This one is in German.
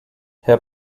herr